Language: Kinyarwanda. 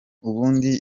ubundi